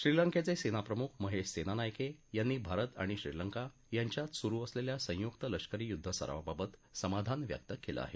श्रीलंकेचे सेनाप्रमुख महेश सेनानायके यांनी भारत आणि श्रीलंका यांच्यात सुरु असलेल्या संयुक्त लष्करी युद्धसरावाबाबत समाधान व्यक्त केलं आहे